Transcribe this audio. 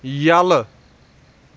یَلہٕ